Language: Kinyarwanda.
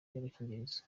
ry’agakingirizo